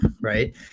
right